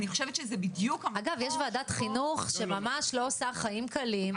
יש ועדת חינוך שממש לא עושה חיים קלים,